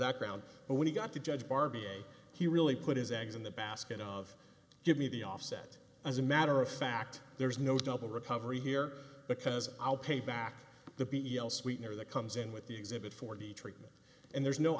that ground but when i got to judge barbier he really put his eggs in the basket of give me the offset as a matter of fact there is no double recovery here because i'll pay back the b e l sweetener that comes in with the exhibit forty treatment and there's no